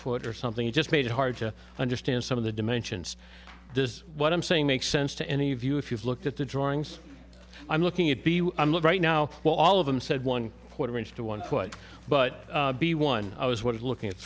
foot or something it just made it hard to understand some of the dimensions what i'm saying makes sense to any of you if you've looked at the drawings i'm looking at i'm look right now well all of them said one quarter inch to one foot but the one i was what looking at